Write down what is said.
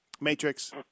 Matrix